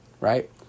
right